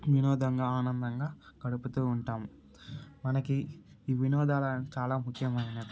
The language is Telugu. వినోదంగా ఆనందంగా గడుపుతు ఉంటాము మనకి ఈ వినోదాల చాలా ముఖ్యమైనవి